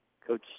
Coach